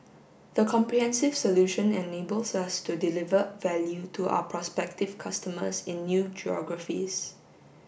the comprehensive solution enables us to deliver value to our prospective customers in new geographies